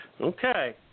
Okay